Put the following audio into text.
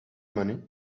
money